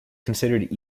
considered